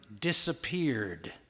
disappeared